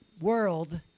world